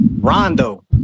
Rondo